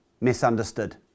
misunderstood